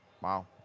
Wow